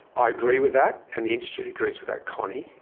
i agree with that, and the institute agrees with that, connie,